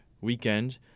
weekend